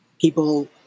People